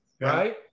right